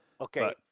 Okay